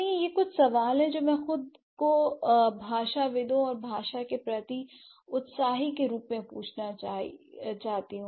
इसलिए ये कुछ सवाल हैं जो हमें खुद को भाषाविदों और भाषा के प्रति उत्साही के रूप में पूछना चाहिए